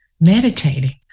meditating